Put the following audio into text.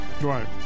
Right